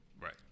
right